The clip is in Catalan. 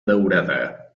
daurada